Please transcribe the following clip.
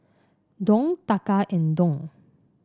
Dong Taka and Dong